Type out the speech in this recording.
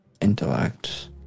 Intellect